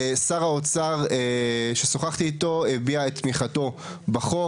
שר האוצר ששוחחתי איתו הביע את תמיכתו בחוק,